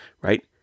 right